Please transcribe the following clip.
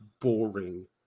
boring